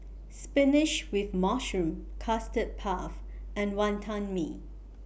Spinach with Mushroom Custard Puff and Wonton Mee